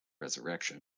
resurrection